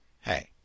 hey